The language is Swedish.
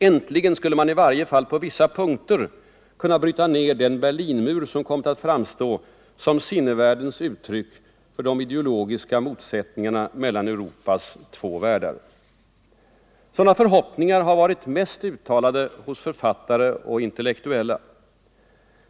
Äntligen skulle man i varje fall på vissa punkter kunna bryta ner den Berlinmur som kommit att framstå som sinnevärldens uttryck för de ideologiska motsättningarna mellan Europas två världar. Sådana förhoppningar har varit mest uttalade hos författare och intellektuella.